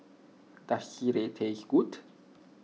does Sireh taste good